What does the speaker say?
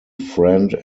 friend